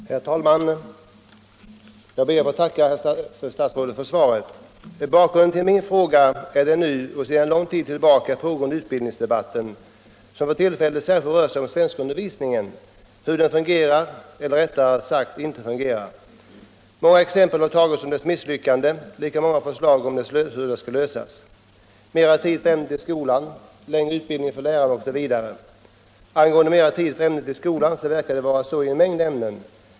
Herr talman! Jag ber att få tacka fru statsrådet för svaret på min fråga. Bakgrunden är den nu och sedan lång tid tillbaka pågående utbildningsdebatten, som för tillfället särskilt rör sig om hur svenskundervisningen fungerar eller rättare sagt inte fungerar. Många exempel på dess misslyckande har redovisats, och lika många förslag har framförts om hur problemen skall lösas: mera tid för ämnet i skolan, längre utbildning för lärarna osv. Kravet på mera tid i skolan verkar vara gemensamt för en mängd ämnen.